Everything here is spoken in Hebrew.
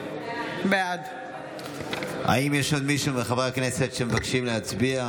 בעד האם יש עוד מישהו מחברי הכנסת שמבקשים להצביע,